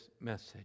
message